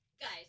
Guys